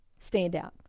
Standout